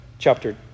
Chapter